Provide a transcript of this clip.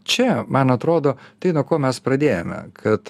čia man atrodo tai dėl ko mes pradėjome kad